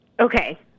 Okay